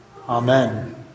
Amen